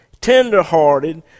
tender-hearted